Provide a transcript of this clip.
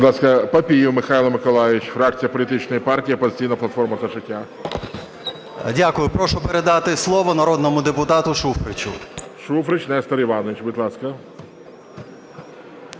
Дякую. Прошу передати слово народному депутату Шуфричу.